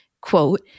quote